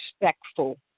respectful